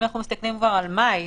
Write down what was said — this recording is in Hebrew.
אם אנחנו מסתכלים על מאי,